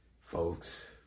folks